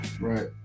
Right